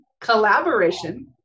collaboration